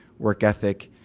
work ethic,